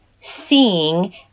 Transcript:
seeing